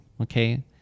okay